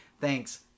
Thanks